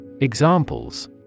Examples